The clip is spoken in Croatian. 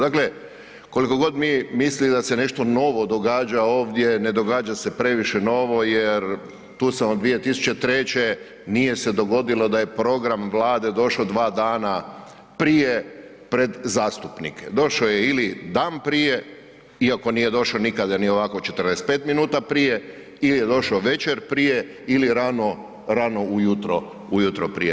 Dakle, koliko god mi mislili da se nešto novo događa ovdje, ne događa se previše novo jer tu sam od 2003. nije se dogodilo da je program Vlade došao 2 dana prije pred zastupnike, došao je ili dan prije iako nije došao ni ovako 45 minuta prije ili je došao večer prije ili rano ujutro prije.